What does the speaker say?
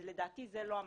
ולדעתי זה לא המקום.